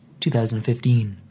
2015